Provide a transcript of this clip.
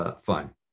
Fine